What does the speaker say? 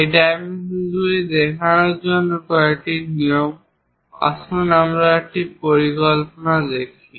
এই ডাইমেনশনগুলি দেখানোর জন্য কয়েকটি নিয়ম আসুন আমরা একটি পরিকল্পিত দেখি